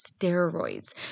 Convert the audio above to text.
steroids